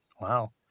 Wow